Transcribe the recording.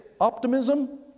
optimism